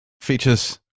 Features